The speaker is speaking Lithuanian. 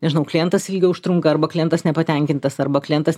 nežinau klientas ilgiau užtrunka arba klientas nepatenkintas arba klientas